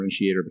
differentiator